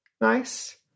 Nice